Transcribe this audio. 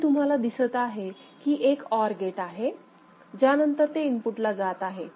इथे तुम्हाला दिसत आहे की एक OR गेट आहे ज्यानंतर ते इनपुट ला जात आहे